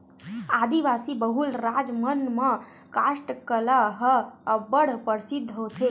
आदिवासी बहुल राज मन म कास्ठ कला ह अब्बड़ परसिद्ध होथे